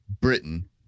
Britain